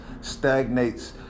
stagnates